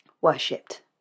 worshipped